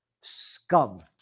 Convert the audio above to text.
Scum